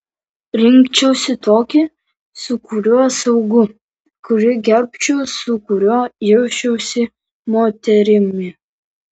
rinkčiausi tokį su kuriuo saugu kurį gerbčiau su kuriuo jausčiausi moterimi